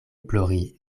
plori